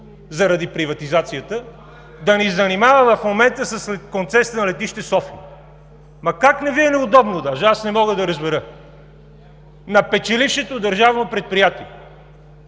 заради приватизацията, да ни занимава в момента с концесията на Летище София? Как не Ви е неудобно, аз не мога да разбера?! На печелившото държавно предприятие!